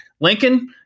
Lincoln